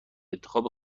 انتخاب